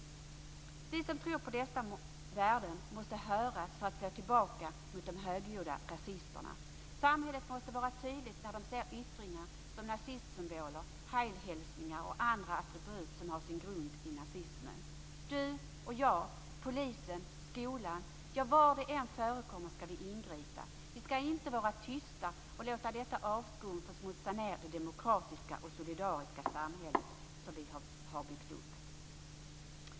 Vi som tror på dessa värden måste höras för att slå tillbaka mot de högljudda rasisterna. Samhället måste vara tydligt när det ser yttringar som nazistsymboler, heil-hälsningar och andra attribut som har sin grund i nazismen. Du, jag, polisen och skolan - var detta än förekommer skall vi ingripa. Vi skall inte vara tysta och låta detta avskum få smutsa ned det demokratiska och solidariska samhälle som vi har byggt upp.